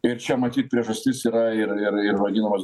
ir čia matyt priežastis yra ir ir ir vadinamas